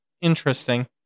Interesting